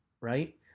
right